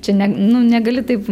čia ne nu negali taip